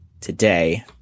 today